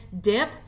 dip